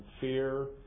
fear